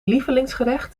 lievelingsgerecht